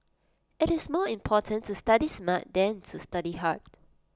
IT is more important to study smart than to study hard